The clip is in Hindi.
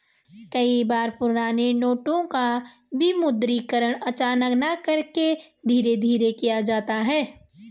कई बार पुराने नोटों का विमुद्रीकरण अचानक न करके धीरे धीरे किया जाता है